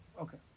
Okay